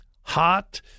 hot